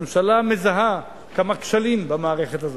הממשלה מזהה כמה כשלים במערכת הזאת.